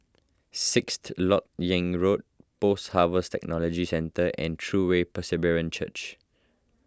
Sixth Lok Yang Road Post Harvest Technology Centre and True Way Presbyterian Church